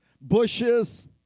bushes